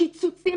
קיצוצים